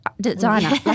designer